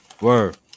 word